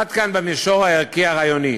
עד כאן במישור הערכי הרעיוני.